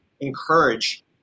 encourage